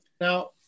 Now